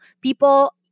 people